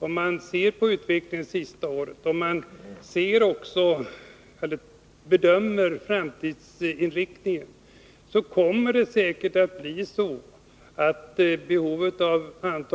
Om man ser på utvecklingen det senaste året och gör en bedömning av framtidsinriktningen finner man att behovet